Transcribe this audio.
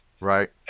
Right